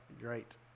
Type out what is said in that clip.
Great